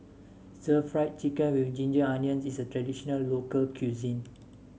Stir Fried Chicken with Ginger Onions is a traditional local cuisine